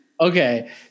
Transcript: Okay